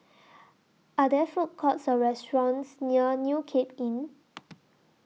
Are There Food Courts Or restaurants near New Cape Inn